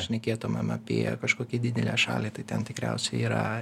šnekėtumėm apie kažkokią didelę šalį tai ten tikriausiai yra